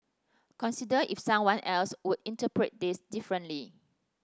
consider if someone else would interpret this differently